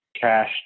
cash